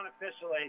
unofficially